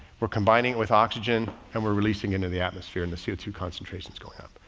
we're combining it with oxygen and we're releasing into the atmosphere in the c o two concentrations going up.